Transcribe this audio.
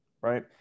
right